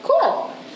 cool